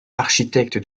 architecte